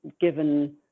given